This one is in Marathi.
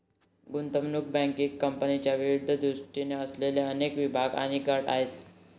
गुंतवणूक बँकिंग कंपन्यांचे विविध उद्दीष्टे असलेले अनेक विभाग आणि गट आहेत